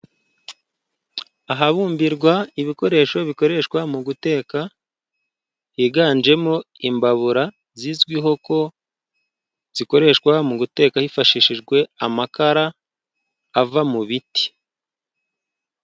Ahabumbirwa ibikoresho bikoreshwa mu guteka, higanjemo imbabura zizwiho ko zikoreshwa mu guteka hifashishijwe amakara ava mu biti.